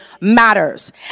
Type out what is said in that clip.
matters